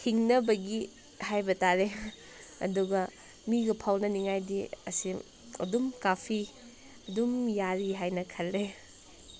ꯍꯤꯡꯅꯕꯒꯤ ꯍꯥꯏꯕ ꯇꯥꯔꯦ ꯑꯗꯨꯒ ꯃꯤꯒ ꯐꯥꯎꯅꯅꯤꯡꯉꯥꯏꯗꯤ ꯑꯁꯤ ꯑꯗꯨꯝ ꯀꯥꯐꯤ ꯑꯗꯨꯝ ꯌꯥꯔꯤ ꯍꯥꯏꯅ ꯈꯜꯂꯦ